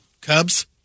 Cubs